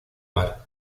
mar